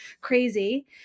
crazy